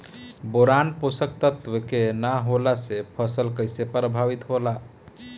Boron पोषक तत्व के न होला से फसल कइसे प्रभावित होला?